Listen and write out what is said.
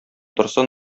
торсын